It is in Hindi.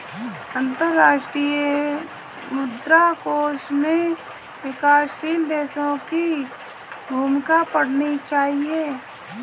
अंतर्राष्ट्रीय मुद्रा कोष में विकासशील देशों की भूमिका पढ़नी चाहिए